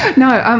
and no. um